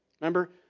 Remember